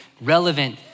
relevant